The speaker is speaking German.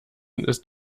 ist